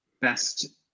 Best